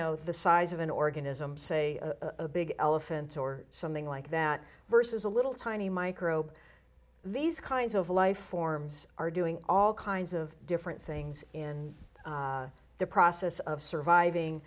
know the size of an organism say a big elephant or something like that versus a little tiny microbe these kinds of life forms are doing all kinds of different things in the process of surviving